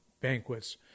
banquets